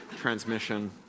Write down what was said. transmission